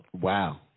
Wow